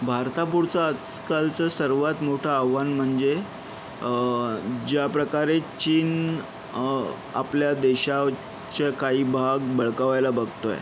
भारतापुढचं आजकालचं सर्वात मोठं आव्हान म्हणजे ज्या प्रकारे चीन आपल्या देशाचा काही भाग बळकवायला बघतो आहे